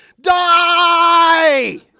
DIE